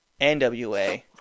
NWA